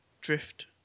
Drift